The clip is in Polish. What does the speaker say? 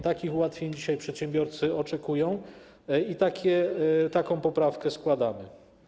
Takich ułatwień dzisiaj przedsiębiorcy oczekują i taką poprawkę składamy.